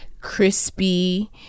crispy